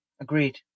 Agreed